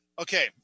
Okay